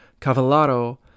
Cavallaro